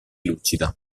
lucida